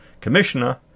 Commissioner